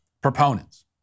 proponents